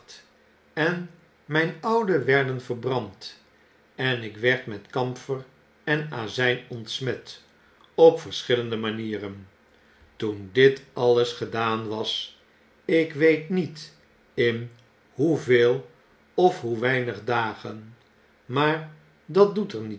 en myn oude werden verbrand en ik werd met kamfer en aziin ontsmet op verschillende manieren toen dit alles gedaan was ik weet niet in hoeveel of hoe weinig dagen maar dat doet er